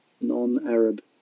non-Arab